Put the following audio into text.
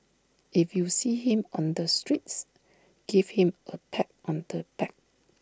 if you see him on the streets give him A pat on the back